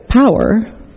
Power